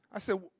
i said,